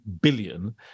billion